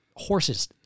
horses